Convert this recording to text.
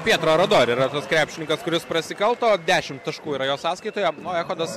pietro rodori yra tas krepšininkas kuris prasikalto dešimt taškų yra jo sąskaitoje o echodas